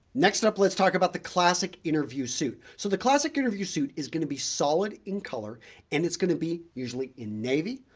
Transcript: next up, let's talk about the classic interview suit. so, the classic interview suit is going to be solid in color and it's going to be usually in navy,